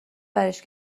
برش